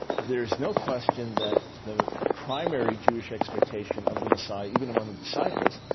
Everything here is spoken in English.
there's no question that the primary jewish expectation of the messiah, even among the disciples,